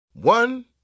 One